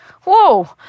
Whoa